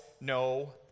no